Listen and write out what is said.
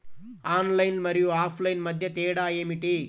Online మరియు offline మధ్య తేడా ఏమిటీ?